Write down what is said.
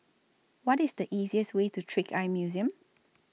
What IS The easiest Way to Trick Eye Museum